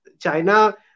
China